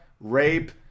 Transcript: rape